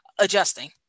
adjusting